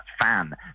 Fan